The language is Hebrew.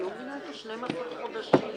33)(הסכם הלוואה